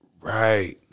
Right